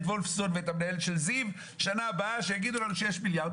וולפסון ואת המנהלת של זיו בשנה הבאה שיגידו לנו שיש מיליארד.